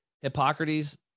Hippocrates